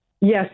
Yes